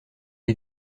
est